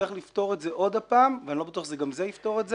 נצטרך לפתור את זה עוד הפעם ואני לא בטוח שגם זה יפתור את זה,